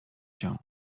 się